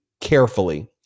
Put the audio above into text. carefully